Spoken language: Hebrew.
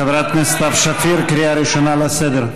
חברת הכנסת סתיו שפיר, קריאה ראשונה לסדר.